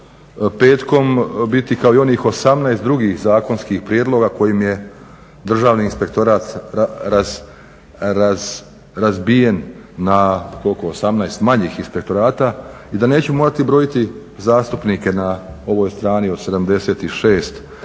petkom biti kao i onih 18 drugih zakonskih prijedloga kojim je Državni inspektorat razbijen na koliko 18 manjih inspektorata i da neću morati brojiti zastupnike na ovoj strani od 76 kao